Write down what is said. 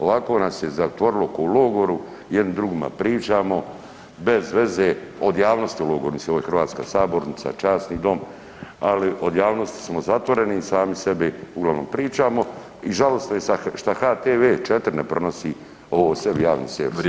Ovako nas je zatvorilo ko u logoru, jedni drugima pričamo, bez veze, od javnosti logoru mislim, ovo je hrvatska sabornica, časni dom, ali od javnosti smo zatvoreni i sami sebi uglavnom pričamo i žalosno je šta HTV4 ne prenosi ovo sve [[Upadica: Vrijeme.]] u javni servis.